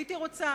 הייתי רוצה,